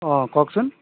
অঁ কওকচোন